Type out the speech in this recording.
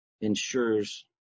ensures